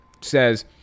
says